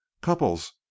couples